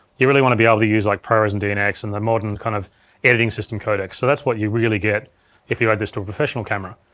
you really want to be able to use, like, prores and and dnx and the modern kind of editing system codecs, so that's what you really get if you add this to a professional camera.